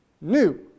new